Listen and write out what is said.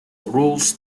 rules